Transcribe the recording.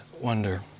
wonder